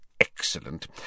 Excellent